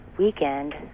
weekend